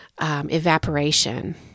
evaporation